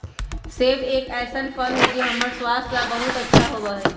सेब एक ऐसन फल हई जो हम्मर स्वास्थ्य ला बहुत अच्छा होबा हई